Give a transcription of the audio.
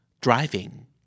Driving